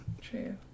True